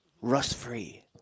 rust-free